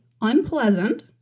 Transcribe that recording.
unpleasant